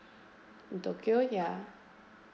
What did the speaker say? in tokyo ya